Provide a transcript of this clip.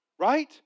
Right